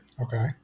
okay